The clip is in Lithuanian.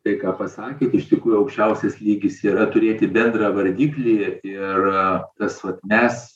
tai ką pasakėt iš tikrųjų aukščiausias lygis yra turėti bendrą vardiklį ir tas vat mes